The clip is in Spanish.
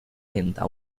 venta